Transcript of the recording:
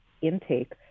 intake